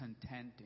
content